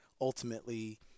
ultimately